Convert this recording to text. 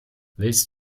willst